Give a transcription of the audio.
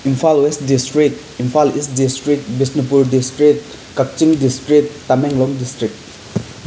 Imphal west district Imphal east district Bishnupur district Kakching district Tamenglong district